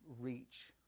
reach